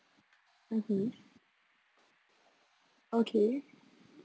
mmhmm okay